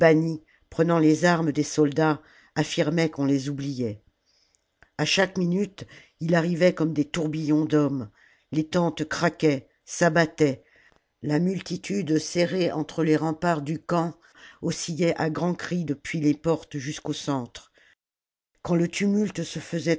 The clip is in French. prenant les armes des soldats affirmaient qu'on les oubliait a chaque minute il arrivait comme des tourbillons d'hommes les tentes craquaient s'abattaient la multitude serrée entre les remparts du camp oscillait à grands cris depuis les portes jusqu'au centre quand le tumulte se faisait